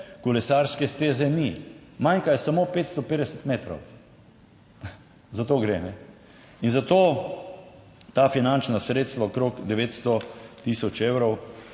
kolesarske steze ni, manjka samo 550 metrov. Za to gre. In za to ta finančna sredstva, okrog 900000 evrov,